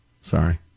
Sorry